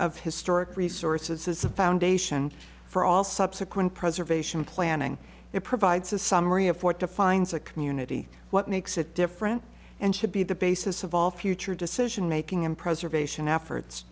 of historic resources is the foundation for all subsequent preservation planning it provides a summary of what defines a community what makes it different and should be the basis of all future decision making and preservation efforts